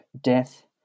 Death